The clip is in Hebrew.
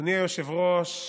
אדוני היושב-ראש,